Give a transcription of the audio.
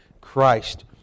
Christ